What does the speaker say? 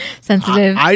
sensitive